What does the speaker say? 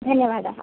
धन्यवादाः